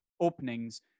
openings